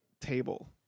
table